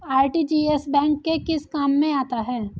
RTGS bank के किस काम में आता है?